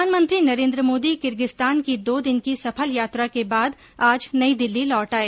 प्रधानमंत्री नरेन्द्र मोदी किर्गिज़्तान की दो दिन की सफल यात्रा के बाद आज नई दिल्ली लौट आए